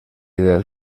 del